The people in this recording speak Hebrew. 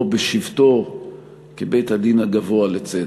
או בשבתו כבית-הדין הגבוה לצדק.